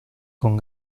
con